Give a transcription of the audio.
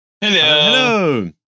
hello